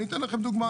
אני אתן לכם הרבה.